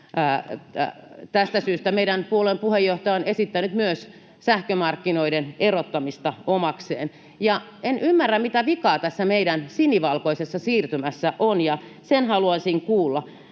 tästä syystä meidän puolueen puheenjohtaja on esittänyt myös sähkömarkkinoiden erottamista omakseen. En ymmärrä, mitä vikaa tässä meidän sinivalkoisessa siirtymässä on, ja sen haluaisin kuulla.